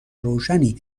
روشنی